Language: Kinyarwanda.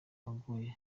agoye